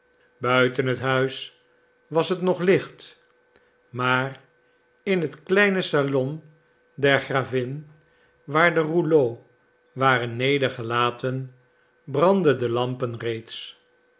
buiten het huis was het nog licht maar in het kleine salon der gravin waar de rouleaux waren nedergelaten brandden de lampen reeds